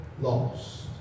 lost